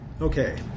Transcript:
Okay